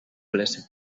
blessing